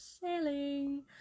Sailing